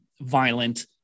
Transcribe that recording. violent